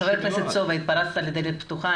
חבר הכנסת סובה, התפרצת לדלת פתוחה.